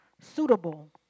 suitable